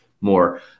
more